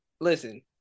listen